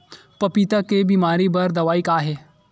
पपीता के बीमारी बर दवाई का हे?